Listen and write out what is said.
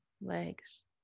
legs